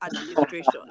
administration